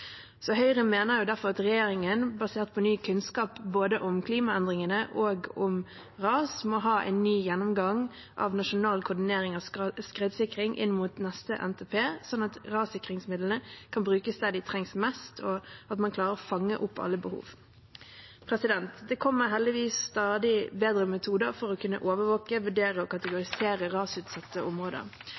Høyre mener derfor at regjeringen, basert på ny kunnskap om både klimaendringene og ras, må ha en ny gjennomgang av nasjonal koordinering av skredsikring inn mot neste NTP, slik at rassikringsmidlene kan brukes der de trengs mest, og slik at man klarer å fange opp alle behov. Det kommer heldigvis stadig bedre metoder for å kunne overvåke, vurdere og kategorisere rasutsatte områder.